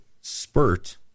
spurt